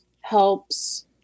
helps